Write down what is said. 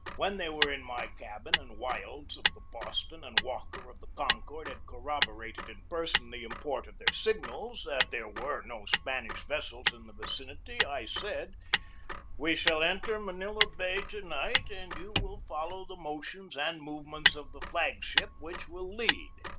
when they were in my cabin, and wildes, of the boston, and walker, of the concord, had corroborated in person the im port of their signals that there were no spanish ves sels in the vicinity, i said we shall enter manila bay to-night and you will follow the motions and movements of the flag ship, which will lead.